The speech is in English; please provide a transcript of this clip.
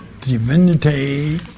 Divinity